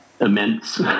immense